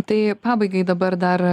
tai pabaigai dabar dar